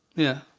yeah.